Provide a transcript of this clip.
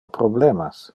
problemas